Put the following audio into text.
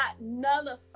nullify